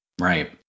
Right